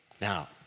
now